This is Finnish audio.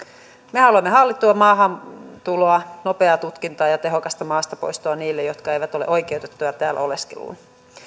me haluamme hallittua maahantuloa nopeaa tutkintaa ja tehokasta maasta poistoa niille jotka eivät ole oikeutettuja täällä oleskeluun